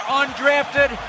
undrafted